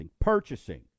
purchasing